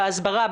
בהסברה,